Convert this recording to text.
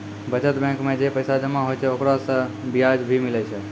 बचत बैंक मे जे पैसा जमा होय छै ओकरा से बियाज भी मिलै छै